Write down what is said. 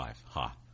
ha